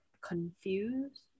confused